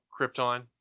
Krypton